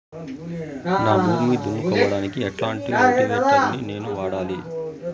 నా భూమి దున్నుకోవడానికి ఎట్లాంటి రోటివేటర్ ని నేను వాడాలి?